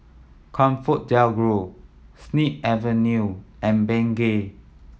ComfortDelGro Snip Avenue and Bengay